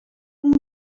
اون